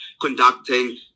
conducting